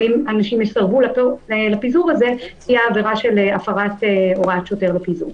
ואם אנשים יסרבו לפיזור הזה תהיה עבירה של הפרת הוראת שוטר לפיזור.